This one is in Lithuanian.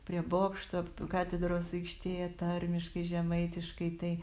prie bokšto katedros aikštėje tarmiškai žemaitiškai tai